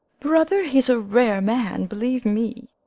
brother, he's a rare man, believe me!